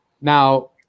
now